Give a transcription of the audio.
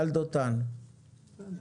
בבקשה.